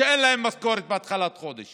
שאין להם משכורת בתחילת החודש